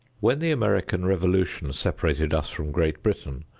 when the american revolution separated us from great britain,